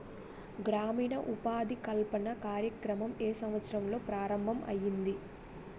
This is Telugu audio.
గ్రామీణ ఉపాధి కల్పన కార్యక్రమం ఏ సంవత్సరంలో ప్రారంభం ఐయ్యింది?